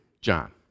John